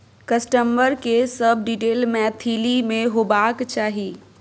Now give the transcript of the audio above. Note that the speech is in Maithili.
कस्टमर के सब डिटेल मैथिली में होबाक चाही